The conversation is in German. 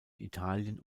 italien